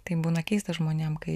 tai būna keista žmonėm kai